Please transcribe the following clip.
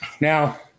Now